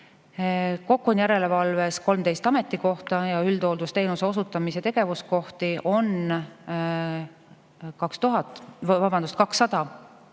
Kokku on järelevalves 13 ametikohta. Üldhooldusteenuse osutamise tegevuskohti on 200